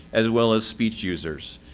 as well as speech users.